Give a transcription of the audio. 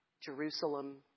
Jerusalem